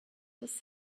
was